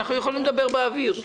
אנחנו יכולים לדבר באוויר.